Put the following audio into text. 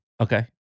Okay